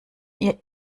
ihr